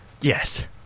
Yes